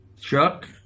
Chuck